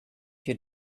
you